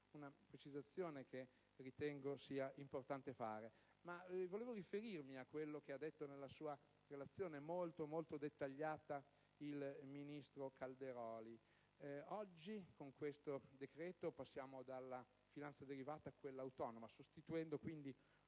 una precisazione che ritenevo importante fare. Voglio riferirmi a quanto detto, nella sua relazione molto dettagliata, dal ministro Calderoli. Oggi, con questo decreto, passiamo dalla finanza derivata a quella autonoma, sostituendo oltre